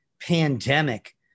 pandemic